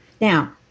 Now